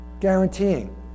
guaranteeing